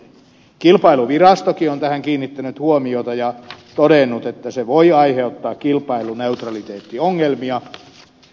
kilpailuvirastokin on tähän kiinnittänyt huomiota ja todennut että se voi aiheuttaa kilpailuneutraliteettiongelmia